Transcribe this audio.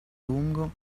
lungo